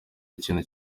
ikintu